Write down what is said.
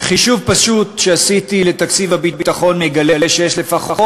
חישוב פשוט שעשיתי לתקציב הביטחון מגלה שיש לפחות